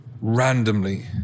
randomly